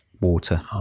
water